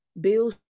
bills